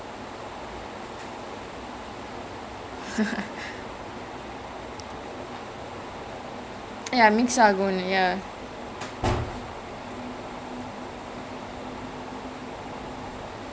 oh அது:athu it's phenomenal ya like you like you think that வாழ பழமும் தோசையும் எப்படி ஒன்னா ஆகும்:vazha palamum thossaiyum epadi onnaa agum but ya exactly but then what they do some of the thosai மாவுலையே:maavulaiyae I think they combined it somehow